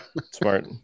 smart